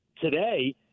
today